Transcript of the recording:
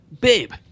babe